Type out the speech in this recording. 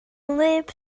wlyb